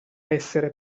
essere